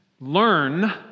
learn